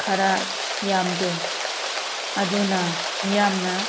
ꯈꯔ ꯌꯥꯝꯗꯦ ꯑꯗꯨꯅ ꯃꯤꯌꯥꯝꯅ